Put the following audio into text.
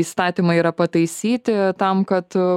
įstatymai yra pataisyti tam kad